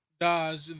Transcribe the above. dodge